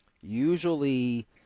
Usually